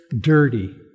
dirty